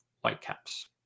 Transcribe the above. Whitecaps